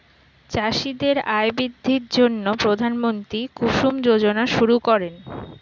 চাষীদের আয় বৃদ্ধির জন্য প্রধানমন্ত্রী কুসুম যোজনা শুরু করেন